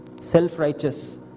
self-righteous